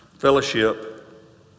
Fellowship